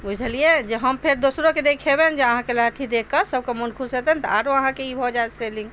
बुझलियै जे हम फेर दोसरो के देखबनि जे अहाँके लहठी देख कऽ सबके मोन खुश हेतनि तऽ आरो अहाँके ई भऽ जाएत सेलिंग